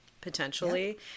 potentially